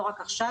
לא רק עכשיו,